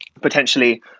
potentially